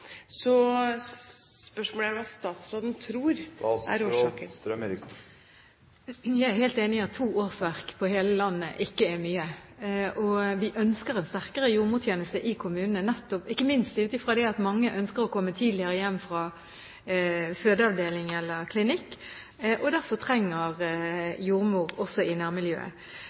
Så spørsmålet er: Hva tror statsråden er årsaken? Jeg er helt enig i at to årsverk på hele landet ikke er mye. Vi ønsker en sterkere jordmortjeneste i kommunene ikke minst ut fra at mange ønsker å komme tidligere hjem fra fødeavdeling eller -klinikk, og derfor trenger jordmor også